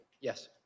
Yes